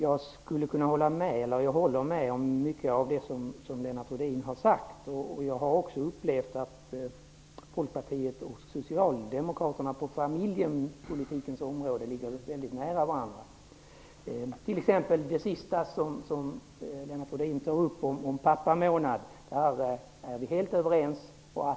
Herr talman! Jag håller med om mycket av det som Lennart Rohdin har sagt, och jag har också upplevt att Folkpartiet och Socialdemokraterna på familjepolitikens område ligger väldigt nära varandra. Det gäller t.ex. det sista som Lennart Rohdin tar upp, om en pappamånad. På den punkten är vi helt överens.